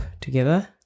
together